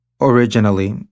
Originally